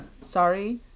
sorry